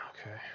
Okay